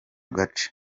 gace